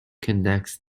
connects